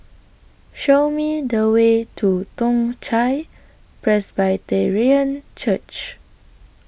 Show Me The Way to Toong Chai Presbyterian Church